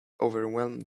overwhelmed